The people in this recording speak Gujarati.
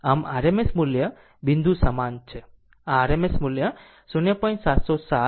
આમ RMS મૂલ્ય બિંદુ સમાન છે આ RMS મૂલ્ય 0